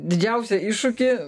didžiausią iššūkį